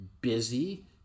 busy